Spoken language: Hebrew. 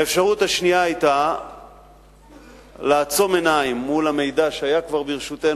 האפשרות השנייה היתה לעצום עיניים מול המידע שהיה כבר ברשותנו,